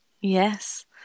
Yes